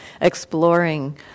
exploring